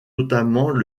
notamment